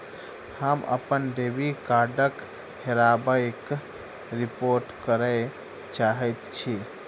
हम अप्पन डेबिट कार्डक हेराबयक रिपोर्ट करय चाहइत छि